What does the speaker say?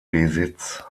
besitz